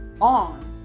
on